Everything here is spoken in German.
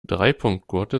dreipunktgurte